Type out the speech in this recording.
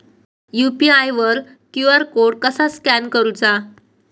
UPI वर QR code कसा scan करूचा?